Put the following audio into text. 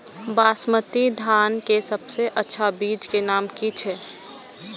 बासमती धान के सबसे अच्छा बीज के नाम की छे?